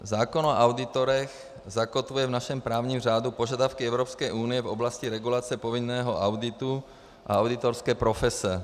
Zákon o auditorech zakotvuje v našem právním řádu požadavky Evropské unie v oblasti regulace povinného auditu a auditorské profese.